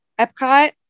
Epcot